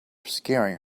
scaring